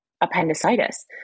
appendicitis